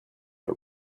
are